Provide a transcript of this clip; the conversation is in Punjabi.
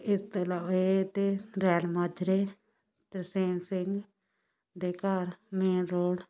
ਇਸ ਤੋਂ ਇਲਾਵਾ ਹੈ ਅਤੇ ਰੈਲ ਮਾਜਰੇ ਤਰਸੇਮ ਸਿੰਘ ਦੇ ਘਰ ਮੇਨ ਰੋਡ